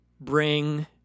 bring